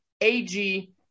AG